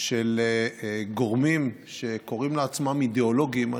של גורמים שקוראים לעצמם אידיאולוגיים,